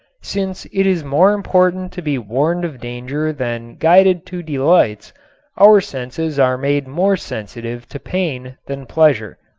since it is more important to be warned of danger than guided to delights our senses are made more sensitive to pain than pleasure.